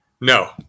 No